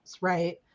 right